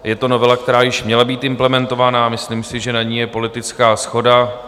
Je to novela, která již měla být implementovaná, a myslím si, že je na ní politická shoda.